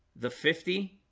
the fifty